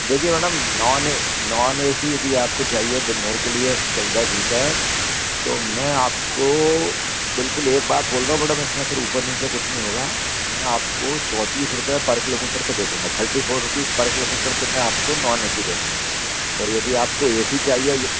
देखिए madam non non A C यदि आपको चाहिए दिन भर के लिए चौदह सीटर तो मैं आपको बिल्कुल एक बात बोल रहा हूँ मैडम इसमें फिर ऊपर नीचे कुछ नहीं होगा मैं आपको चौंतीस रुपये पर किलोमीटर पर दे दूँगा thirty four rupees per kilometre पर मैं आपको नॉन ए सी दे दूँगा और यदि आपको ए सी चाहिए